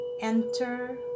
enter